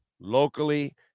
locally